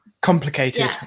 complicated